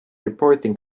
reporting